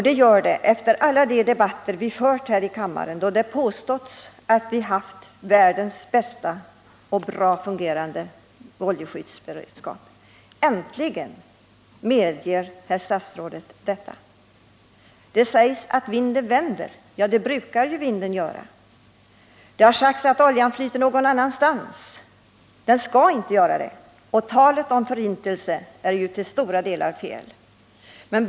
Detta efter alla debatter som vi fört här i kammaren, där man påstått att vi haft världens bäst fungerande oljeskyddsberedskap. Äntligen medger herr statsrådet att vi ej haft detta. Det har hänvisats till att vinden vänder. Ja, det brukar vinden göra. Det har sagts att oljan flyter någon annanstans, men det får den inte göra. Talet om att den förintas är ju till stora delar felaktigt.